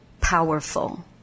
powerful